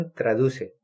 traduce